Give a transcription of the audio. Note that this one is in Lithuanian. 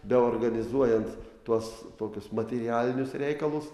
beorganizuojant tuos tokius materialinius reikalus